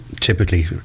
typically